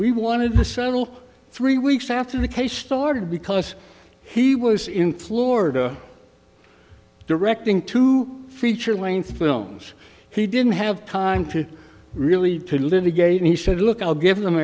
we wanted to settle three weeks after the case started because he was in florida directing two feature length films he didn't have time to really to litigate and he said look i'll give them